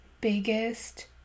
biggest